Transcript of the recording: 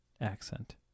accent